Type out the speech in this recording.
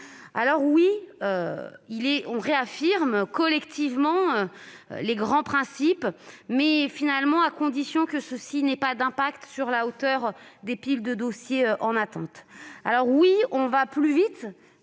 Alors, oui, on réaffirme collectivement les grands principes, à condition, finalement, que ceux-ci n'aient pas d'effets sur la hauteur des piles de dossiers en attente. Alors, oui, on va plus vite,